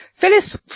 Phyllis